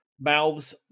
mouths